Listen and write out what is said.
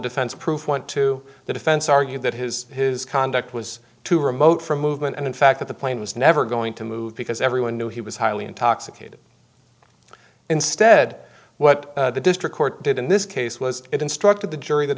defense prove went to the defense argued that his his conduct was too remote for movement and in fact the plane was never going to move because everyone knew he was highly intoxicated instead what the district court did in this case was it instructed the jury that